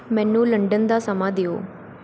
ਮੈਨੂੰ ਲੰਡਨ ਦਾ ਸਮਾਂ ਦਿਉ